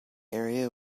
area